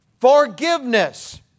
forgiveness